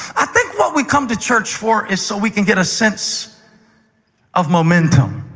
i think what we come to church for is so we can get a sense of momentum.